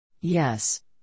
Yes